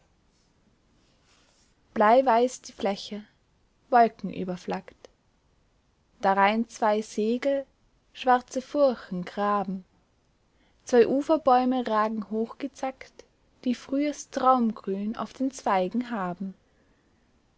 blei weiß die fläche wolkenüberflaggt darein zwei segel schwarze furchen graben zwei uferbäume ragen hochgezackt die frühes traumgrün auf den zweigen haben